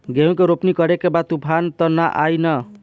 गेहूं के रोपनी करे के बा तूफान त ना आई न?